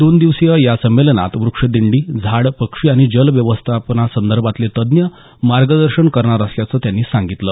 दोन दिवसीय या संमेलनात वृक्षदिंडी झाड पक्षी आणि जल व्यवस्थापना संदर्भातले तज्ज्ञ मार्गदर्शन करणार असल्याचं त्यांनी सांगितलं